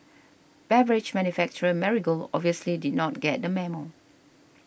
beverage manufacturer Marigold obviously did not get the memo